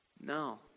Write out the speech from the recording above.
No